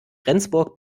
rendsburg